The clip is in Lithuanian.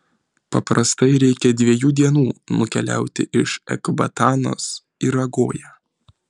paprastai reikia dviejų dienų nukeliauti iš ekbatanos į ragoją